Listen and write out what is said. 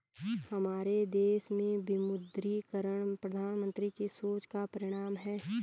हमारे देश में विमुद्रीकरण प्रधानमन्त्री की सोच का परिणाम है